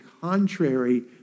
contrary